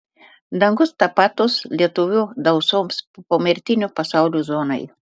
dangus tapatus lietuvių dausoms pomirtinio pasaulio zonai